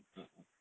uh uh